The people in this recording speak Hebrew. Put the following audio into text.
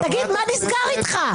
תגיד, מה נסגר איתך?